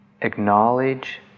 acknowledge